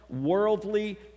worldly